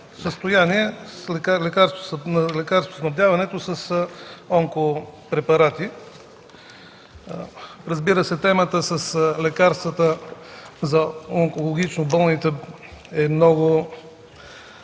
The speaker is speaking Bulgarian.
Състояние на лекарствоснабдяването с онкопрепарати. Разбира се, темата с лекарствата за онкологично болните е много